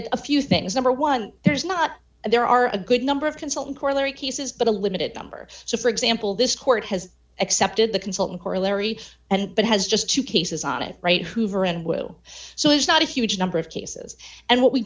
but a few things number one there is not there are a good number of consultant corollary cases but a limited number so for example this court has accepted the consultant corollary and but has just two cases on it right hoover and will so it's not a huge number of cases and what we